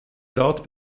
trat